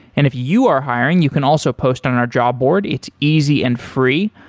and if you are hiring, you can also post on our job board it's easy and free.